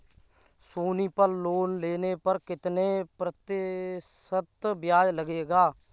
सोनी पल लोन लेने पर कितने प्रतिशत ब्याज लगेगा?